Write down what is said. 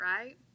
right